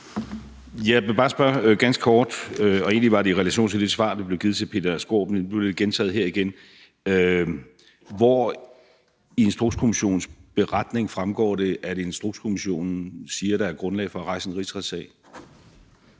Jeg vil bare spørge ganske kort, og egentlig var det i relation til det svar, der blev givet til Peter Skaarup, men nu blev det gentaget her: Hvor i Instrukskommissionens beretning fremgår det, at Instrukskommissionen siger, at der er grundlag for at rejse en rigsretssag?